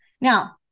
Now